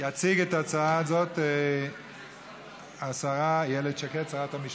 תציג את ההצעה הזאת השרה איילת שקד, שרת המשפטים.